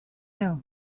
know